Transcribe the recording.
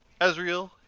Ezreal